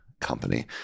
company